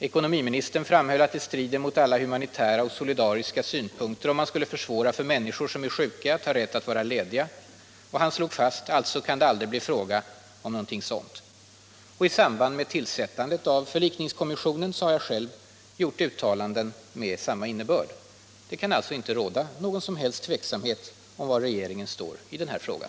Ekonomiministern framhöll att det strider mot alla humanitära och solidariska synpunkter, om man försvårar för människor som är sjuka att vara lediga, och slog fast, att det alltså aldrig kan bli fråga om någonting sådant. I samband med tillsättandet av förlikningskommissionen har jag själv gjort uttalanden med samma innebörd. Det kan alltså inte råda något som helst tvivel om var regeringen står i den här frågan.